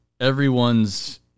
everyone's